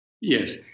Yes